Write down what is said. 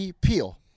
Peel